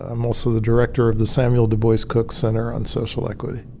i'm also the director of the samuel dubois cook center on social equity.